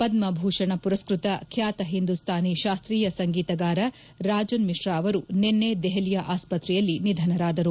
ಪದ್ಮಭೂಷಣ ಪುರಸ್ಕೃತ ಖ್ಯಾತ ಹಿಂದೂಸ್ತಾನಿ ಶಾಸ್ತೀಯ ಸಂಗೀತಗಾರ ರಾಜನ್ ಮಿಶ್ರಾ ಅವರು ನಿನ್ನೆ ದೆಹಲಿಯ ಆಸ್ಪತ್ರೆಯಲ್ಲಿ ನಿಧನರಾದರು